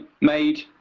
made